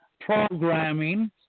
programming